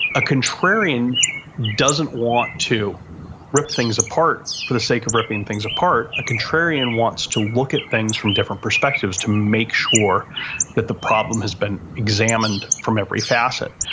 a contrarian doesn't want to rip things apart. for the sake of ripping things apart, a contrarian wants to look at things from different perspectives to make sure that the problem has been examined from every facet.